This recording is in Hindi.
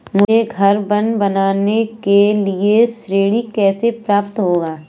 मुझे घर बनवाने के लिए ऋण कैसे प्राप्त होगा?